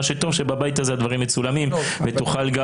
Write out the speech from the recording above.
וטוב שבבית הזה הדברים מצולמים ותוכל גם